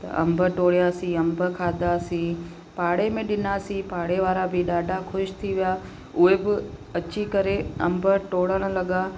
त अंब तोड़ियासीं अंब खाधासीं पाड़े में ॾिनासीं पाड़े वारा बि ॾाढा ख़ुशि थी विया उहे बि अची करे अंब तोरण लॻा